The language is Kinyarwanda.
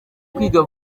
kwiga